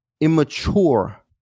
immature